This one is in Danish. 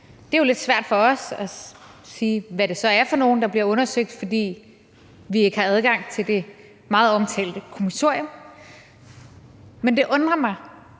Det er jo lidt svært for os at vide, hvad det så er for nogle, der bliver undersøgt, fordi vi ikke har adgang til det meget omtalte kommissorium. Men det undrer mig,